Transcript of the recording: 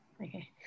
okay